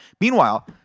Meanwhile